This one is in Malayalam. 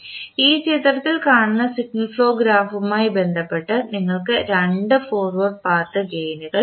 ഈ ചിത്രത്തിൽ കാണുന്ന സിഗ്നൽ ഫ്ലോ ഗ്രാഫുമായി ബന്ധപ്പെട്ട് നിങ്ങൾക്ക് രണ്ട് ഫോർവേഡ് പാത്ത് ഗേയിനുകൾ ലഭിക്കും